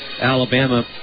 Alabama